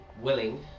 willing